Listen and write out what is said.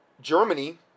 Germany